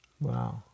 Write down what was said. Wow